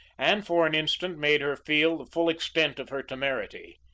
and for an instant made her feel the full extent of her temerity.